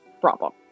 problem